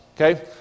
Okay